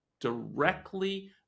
directly